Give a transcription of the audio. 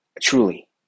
Truly